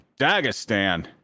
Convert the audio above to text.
Dagestan